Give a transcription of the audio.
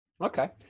Okay